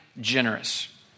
generous